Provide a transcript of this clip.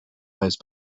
house